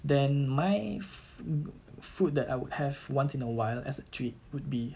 then my foo~ food that I would have once in a while as a treat would be